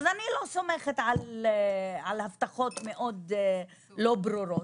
אז אני לא סומכת על הבטחות מאוד לא ברורות.